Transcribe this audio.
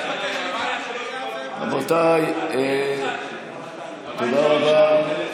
רבותיי, תודה רבה.